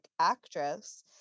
actress